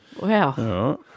Wow